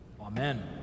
Amen